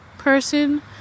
person